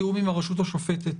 בתיאום עם הרשות השופטת,